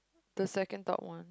the second top one